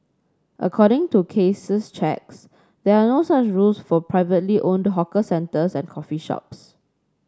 according to Case's checks there are no such rules for privately owned hawker centres and coffee shops